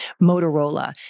Motorola